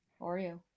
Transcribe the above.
Oreo